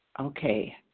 okay